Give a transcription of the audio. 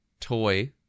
toy